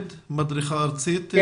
מדריכה ארצית.